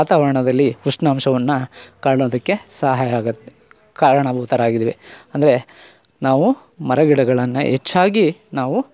ವಾತಾವರಣದಲ್ಲಿ ಉಷ್ಣಾಂಶವನ್ನು ಕಾಣೋದಕ್ಕೆ ಸಹಾಯ ಆಗುತ್ತೆ ಕಾರಣಭೂತರಾಗಿದೀವಿ ಅಂದರೆ ನಾವು ಮರಗಿಡಗಳನ್ನು ಹೆಚ್ಚಾಗಿ ನಾವು